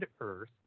earth